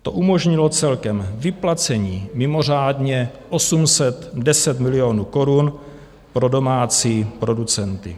To umožnilo celkem vyplacení mimořádně 810 milionů korun pro domácí producenty.